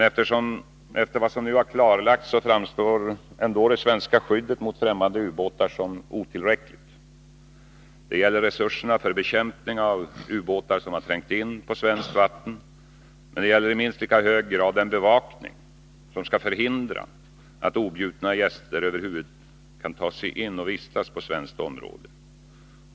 Efter vad som nu har klarlagts framstår ändå det svenska skyddet mot främmande ubåtar som otillräckligt. Det gäller resurserna för bekämpning av ubåtar som har trängt in på svenskt vatten. Men det gäller i minst lika hög grad den bevakning som skall förhindra att objudna gäster över huvud taget kan ta sig in och vistas på svenskt område.